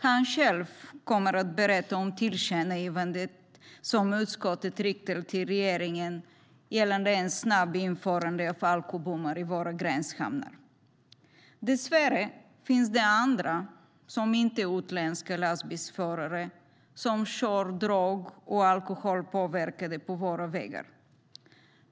Han själv kommer att berätta om tillkännagivandet som utskottet riktar till regeringen gällande ett snabbt införande av alkobommar i våra gränshamnar. Dessvärre finns andra ej utländska förare som kör drog och alkoholpåverkade på våra vägar.